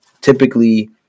typically